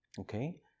Okay